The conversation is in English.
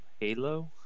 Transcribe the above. Halo